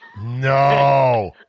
No